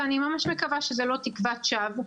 ואני ממש מקווה שזו לא תקוות שווא.